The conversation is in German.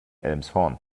elmshorn